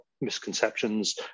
misconceptions